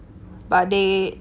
but they